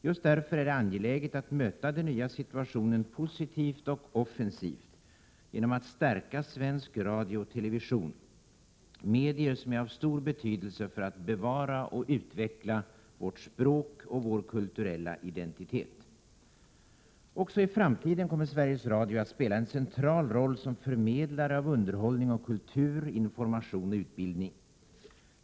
Just därför är det angeläget att möta den nya situationen positivt och offensivt genom att stärka svensk radio och television, medier som är av stor betydelse för att bevara och utveckla vårt språk och vår kulturella identitet. Också i framtiden kommer Sveriges Radio att spela en central roll som förmedlare av underhållning och kultur, information och utbildning.